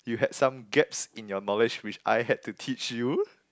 you had some gaps in your knowledge which I had to teach you